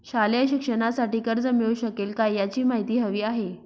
शालेय शिक्षणासाठी कर्ज मिळू शकेल काय? याची माहिती हवी आहे